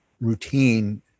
routine